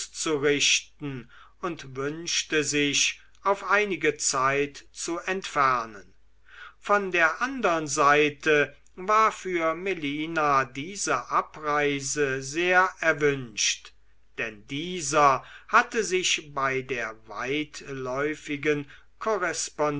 botschaft auszurichten und wünschte sich auf einige zeit zu entfernen von der andern seite war für melina diese abreise sehr erwünscht denn dieser hatte sich bei der so weitläufigen korrespondenz